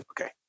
okay